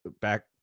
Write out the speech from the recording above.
back